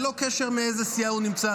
ללא קשר לאיזו סיעה הוא נמצא.